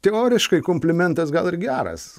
teoriškai komplimentas gal ir geras